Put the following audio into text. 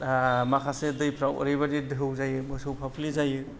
दा माखासे दैफ्राव ओरैबादि दोहौ जायो मोसौ फाफ्लि जायो